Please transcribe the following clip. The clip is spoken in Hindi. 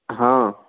हाँ